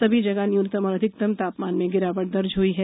सभी जगह न्यूनतम और अधिकतम तापमान में गिरावट दर्ज हुई है